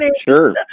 sure